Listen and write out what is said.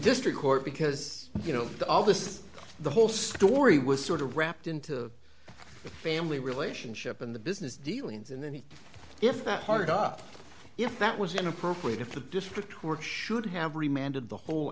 district court because you know all this the whole story was sort of wrapped into family relationship and the business dealings and then if that hard up if that was inappropriate if the district work should have reminded the whole